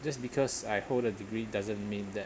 just because I hold a degree doesn't mean that